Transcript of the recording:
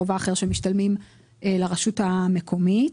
שמשתלמים לרשות המקומית.